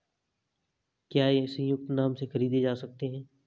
क्या ये संयुक्त नाम से खरीदे जा सकते हैं?